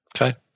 Okay